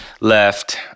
left